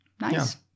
Nice